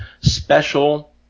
special